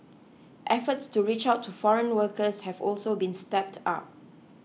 efforts to reach out to foreign workers have also been stepped up